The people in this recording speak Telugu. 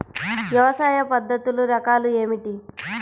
వ్యవసాయ పద్ధతులు రకాలు ఏమిటి?